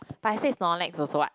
but I say Snorlax also what